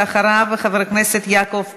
ואחריו, חבר הכנסת יעקב פרי.